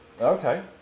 Okay